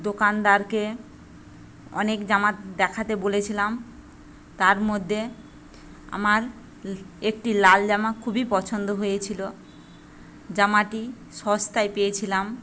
দোকানদারকে অনেক জামা দেখাতে বলেছিলাম তার মধ্যে আমার একটি লাল জামা খুবই পছন্দ হয়েছিল জামাটি সস্তায় পেয়েছিলাম